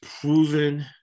proven